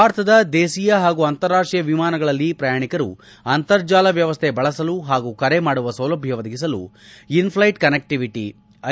ಭಾರತದ ದೇಸೀಯ ಹಾಗೂ ಅಂತಾರಾಷ್ಟೀಯ ವಿಮಾನಗಳಲ್ಲಿ ಪ್ರಯಾಣಿಕರು ಅಂತರ್ಜಾಲ ವ್ಯವಸ್ಥೆ ಬಳಸಲು ಹಾಗೂ ಕರೆ ಮಾಡುವ ಸೌಲಭ್ಯ ಒದಗಿಸಲು ಇನ್ ಫ್ಲೈಟ್ ಕನೆಕ್ಟಿವಿಟಿ ಐ